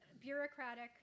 bureaucratic